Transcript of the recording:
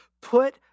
put